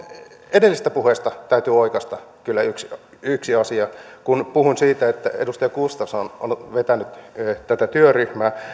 edellisestä puheesta täytyy oikaista kyllä yksi yksi asia se kun puhuin siitä että edustaja gustafsson on vetänyt tätä työryhmää